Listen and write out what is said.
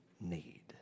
need